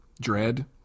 Dread